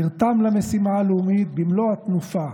נרתם למשימה הלאומית במלוא התנופה,